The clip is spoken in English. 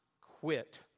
quit